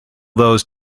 those